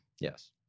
Yes